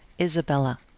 Isabella